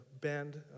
band